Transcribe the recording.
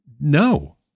No